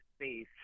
space